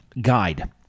guide